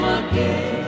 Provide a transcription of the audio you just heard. again